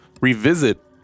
revisit